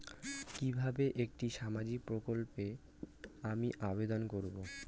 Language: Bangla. কিভাবে একটি সামাজিক প্রকল্পে আমি আবেদন করব?